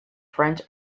french